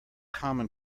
common